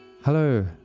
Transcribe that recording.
Hello